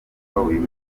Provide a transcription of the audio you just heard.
uyu